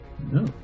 No